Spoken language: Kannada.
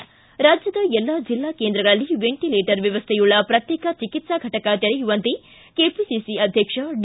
ಿಕ ರಾಜ್ಯದ ಎಲ್ಲ ಜಿಲ್ಲಾ ಕೇಂದ್ರಗಳಲ್ಲಿ ವೆಂಟಿಲೇಟರ್ ವ್ಯವಸ್ಥೆಯುಳ್ಳ ಪ್ರತ್ಯೇಕ ಚಿಕಿತ್ಸಾ ಘಟಕ ತೆರೆಯುವಂತೆ ಕೆಪಿಸಿಸಿ ಅಧ್ಯಕ್ಷ ಡಿ